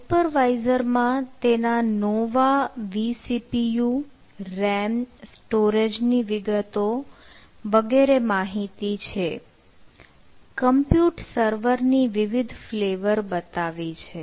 hyper visor માં તેના Nova vCPU RAM storage ની વિગતો વગેરે માહિતી છે કમ્પ્યુટ સર્વર ની વિવિધ ફ઼લેવર બતાવી છે